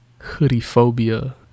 hoodie-phobia